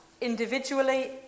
individually